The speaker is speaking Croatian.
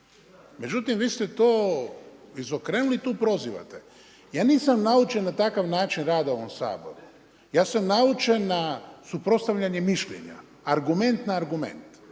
Međutim, vi ste to izokrenuli i tu prozivate. Ja nisam naučen na takav način rada u ovom Saboru. Ja sam naučen na suprotstavljena mišljenja, argument na argument.